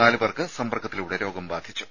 നാലുപേർക്ക് സമ്പർക്കത്തിലൂടെ രോഗം ബാധിച്ചു